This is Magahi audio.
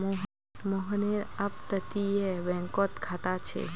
मोहनेर अपततीये बैंकोत खाता छे